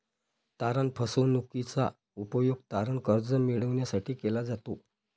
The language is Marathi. तारण फसवणूकीचा उपयोग तारण कर्ज मिळविण्यासाठी केला जातो